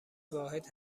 واحد